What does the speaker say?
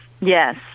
Yes